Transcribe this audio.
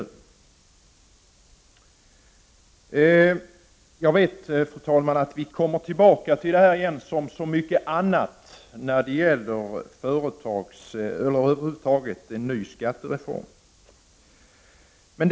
Fru talman! Jag vet att vi kommer tillbaka till detta, liksom till mycket annat när det gäller skattereformen.